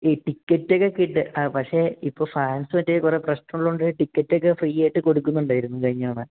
ഈ ടിക്കറ്റ് ഒക്കെ കിട്ടെ ആ പക്ഷേ ഇപ്പം ഫാൻസ്സുമായിട്ട് കുറേ പ്രശ്നം ഉള്ളതുകൊണ്ട് ടിക്കറ്റ് ഒക്കെ ഫ്രീ ആയിട്ട് കൊടുക്കുന്നുണ്ടായിരുന്നു കഴിഞ്ഞ തവണ